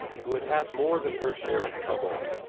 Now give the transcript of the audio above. who had had more than her share of trouble,